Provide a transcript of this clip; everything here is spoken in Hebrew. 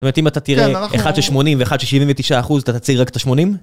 זאת אומרת אם אתה תראה אחד ששמונים ואחד ששבעים ותשע אחוז, אתה תצהיר רק את השמונים?